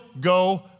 go